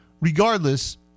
Regardless